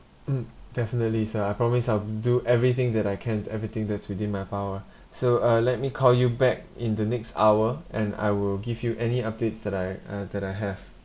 mm definitely sir I promise I'll do everything that I can everything that's within my power so uh let me call you back in the next hour and I will give you any updates that I uh that I have